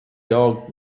doug